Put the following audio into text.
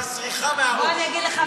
המדינה מסריחה מהראש.